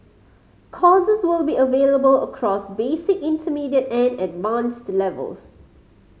courses will be available across basic intermediate and advanced levels